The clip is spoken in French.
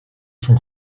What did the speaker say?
son